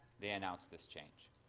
they announceed this change.